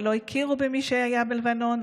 ולא הכירו במי שהיה בלבנון,